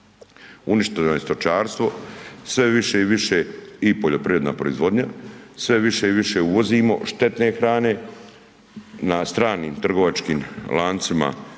uništeno je stočarstvo, sve više i više i poljoprivredna proizvodnja. Sve više i više uvozimo štetne hrane na stranim trgovačkim lancima